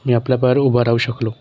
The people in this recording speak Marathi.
मी आपल्या पायावर उभा राहू शकलो